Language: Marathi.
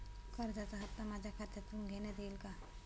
कर्जाचा हप्ता माझ्या खात्यातून घेण्यात येईल का?